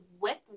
whip